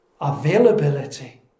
availability